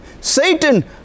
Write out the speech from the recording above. Satan